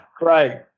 right